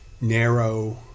narrow